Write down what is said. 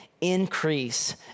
increase